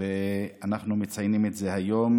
ואנחנו מציינים את זה היום.